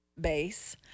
base